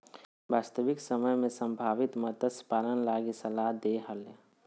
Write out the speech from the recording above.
वास्तविक समय में संभावित मत्स्य पालन लगी सलाह दे हले